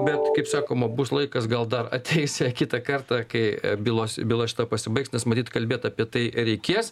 bet kaip sakoma bus laikas gal dar ateis jie kitą kartą kai bylos byla šita pasibaigs nes matyt kalbėt apie tai reikės